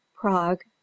prague